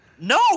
No